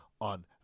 on